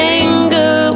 anger